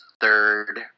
third